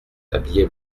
tablier